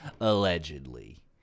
allegedly